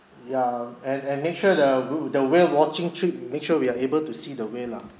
ya and and make sure the wh~ the whale watching trip make sure we are able to see the whale lah